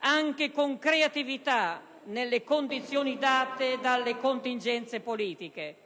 anche con creatività, nelle condizioni date dalle contingenze politiche,